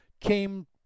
came